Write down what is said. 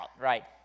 right